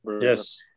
Yes